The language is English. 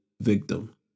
victim